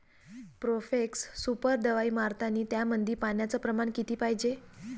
Profex super दवाई मारतानी त्यामंदी पान्याचं प्रमाण किती पायजे?